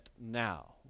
now